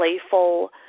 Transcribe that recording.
playful